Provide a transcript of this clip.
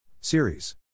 Series